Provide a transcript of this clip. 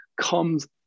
comes